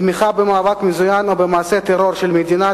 תמיכה במאבק מזוין או במעשה טרור של מדינת